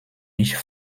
ich